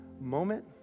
moment